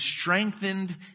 strengthened